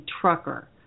trucker